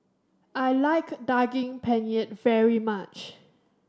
I like Daging Penyet very much